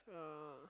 yeah